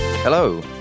Hello